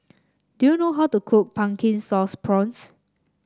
do you know how to cook Pumpkin Sauce Prawns